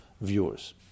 viewers